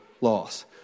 loss